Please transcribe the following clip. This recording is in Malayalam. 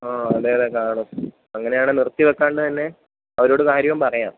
ആ അതെയതെ കാണും അങ്ങനെയാണേൽ നിർത്തി വക്കാണ്ട് തന്നെ അവരോട് കാര്യം പറയാം